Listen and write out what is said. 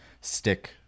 stick